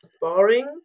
boring